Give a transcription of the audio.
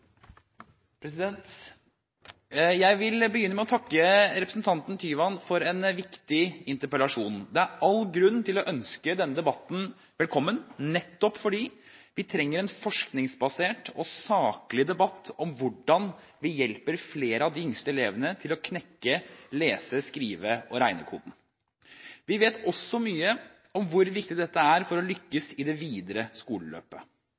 Jeg vil begynne med å takke representanten Tyvand for en viktig interpellasjon. Det er all grunn til å ønske denne debatten velkommen, nettopp fordi vi trenger en forskningsbasert og saklig debatt om hvordan vi hjelper flere av de yngste elevene til å knekke lese-, skrive- og regnekoden. Vi vet også mye om hvor viktig dette er for å lykkes i det videre skoleløpet.